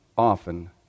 often